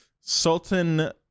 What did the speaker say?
Sultan